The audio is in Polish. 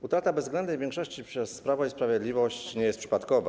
Utrata bezwzględnej większości przez Prawo i Sprawiedliwość nie jest przypadkowa.